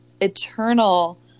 eternal